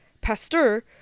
Pasteur